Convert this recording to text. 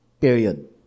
Period